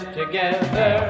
together